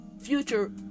future